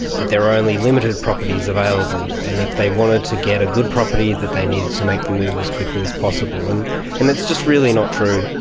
that there are only limited properties available and if they wanted to get a good property, that they needed to make the move as quickly as possible. and and it's just really not true.